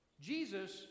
Jesus